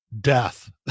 death